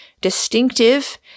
distinctive